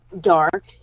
dark